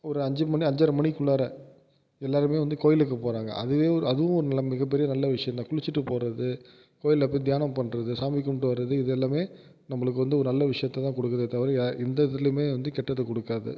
ஒரு அஞ்சு மணி அஞ்சரை மணிக்குள்ளாற எல்லோருமே வந்து கோவிலுக்கு போகிறாங்க அதுவே அதுவும் ஒரு நல் மிகப்பெரிய நல்ல விஷயம் தான் குளிச்சிட்டு போகிறது கோவில்ல போய் தியானம் பண்ணுறது சாமி கும்பிட்டு வரது இது எல்லாமே நம்மளுக்கு வந்து ஒரு நல்ல விஷயத்த தான் கொடுக்குதே தவிர வே எந்த இதுலேயுமே வந்து கெட்டதை கொடுக்காது